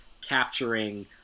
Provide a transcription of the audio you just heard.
capturing